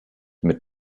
mit